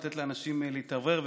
לתת לאנשים להתאוורר,